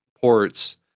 ports